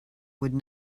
would